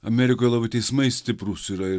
amerikoje labai teismai stiprūs yra